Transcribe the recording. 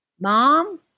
mom